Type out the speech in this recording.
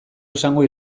esango